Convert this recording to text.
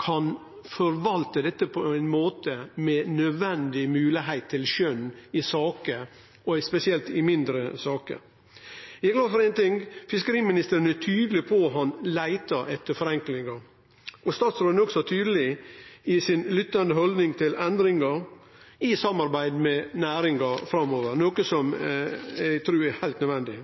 kan forvalte dette på ein måte som gjer det mogleg å bruke skjønn i saker, spesielt i mindre saker. Eg er glad for ein ting. Fiskeriministeren er tydeleg på at han leitar etter forenklingar. Statsråden er også tydeleg i si lyttande haldning til endringar i samarbeid med næringa framover, noko som eg trur er heilt nødvendig.